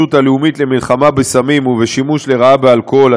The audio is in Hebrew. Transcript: הלאומית למלחמה בסמים ובשימוש לרעה באלכוהול,